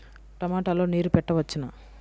టమాట లో నీరు పెట్టవచ్చునా?